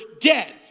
dead